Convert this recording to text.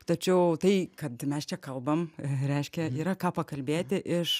tačiau tai kad mes čia kalbam reiškia yra ką pakalbėti iš